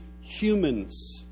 Humans